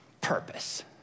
purpose